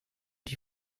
die